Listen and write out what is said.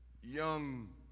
young